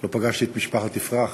לא פגשתי את משפחת יפרח.